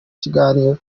kiganiro